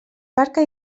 barca